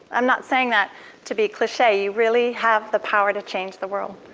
i'm not saying that to be cliche, you really have the power to change the world.